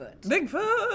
Bigfoot